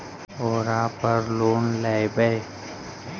ओरापर लोन लेवै?